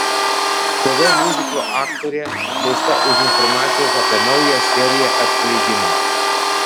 tv miuziklo aktorė atleista už informacijos apie naują seriją atskleidimą